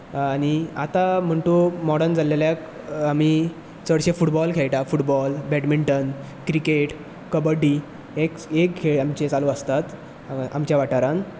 आनी आतां म्हण तूं मोर्डन जाल्ल्याक आमी चडशे फुटबॉल खेळटात फुटबॉल बॅडमिंटन क्रिकेट कबड्डी हे खेळ आमचे चालू आसतात आमच्या वाठारांत